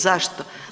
Zašto?